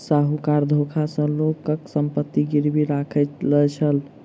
साहूकार धोखा सॅ लोकक संपत्ति गिरवी राइख लय छल